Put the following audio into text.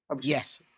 Yes